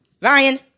Ryan